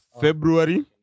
February